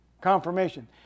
confirmation